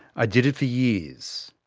i did it for years,